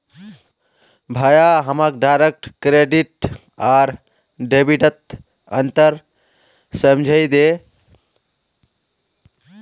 भाया हमाक direct credit आर डेबिटत अंतर समझइ दे